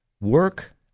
work